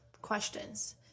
questions